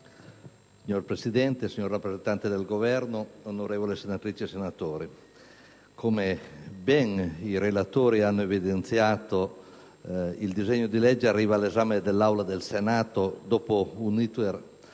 Signora Presidente, signori rappresentanti del Governo, onorevoli senatrici, onorevoli senatori, come bene i relatori hanno evidenziato, il disegno di legge arriva all'esame dell'Aula del Senato dopo un *iter*